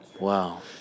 Wow